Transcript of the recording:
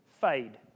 fade